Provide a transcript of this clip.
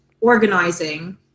organizing